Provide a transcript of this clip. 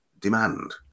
demand